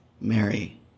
Mary